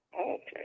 Okay